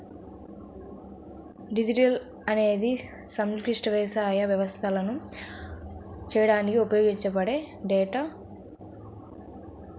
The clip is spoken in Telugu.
డిజిటల్ ఫార్మింగ్ అనేది సంక్లిష్ట వ్యవసాయ వ్యవస్థలను ఆప్టిమైజ్ చేయడానికి ఉపయోగపడే డేటా టెక్నాలజీల అప్లికేషన్